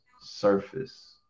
surface